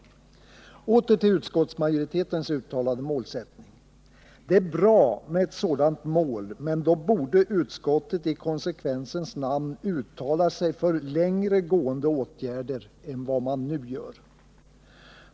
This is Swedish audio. Åter till utskottsmajoritetens uttalade målsättning. Det är bra med ett sådant mål, men då borde utskottet i konsekvensens namn uttala sig för längre gående åtgärder än vad man nu gör.